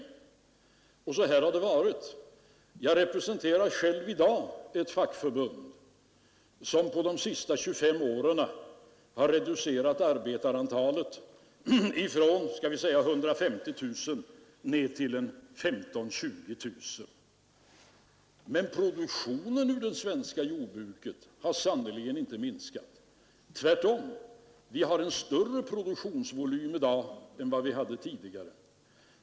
Och så har det varit. Jag representerar själv i dag ett fackförbund som på de senaste 25 åren har reducerat arbetarantalet från skall vi säga 150 000 till 15 000—20 000. Men produktionen i det svenska jordbruket har sannerligen inte minskat, tvärtom — vi har en större produktionsvolym än vad vi hade tidigare.